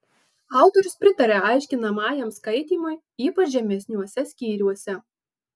autorius pritaria aiškinamajam skaitymui ypač žemesniuose skyriuose